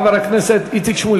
חבר הכנסת איציק שמולי.